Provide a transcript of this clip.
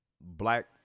black